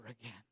again